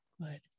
Good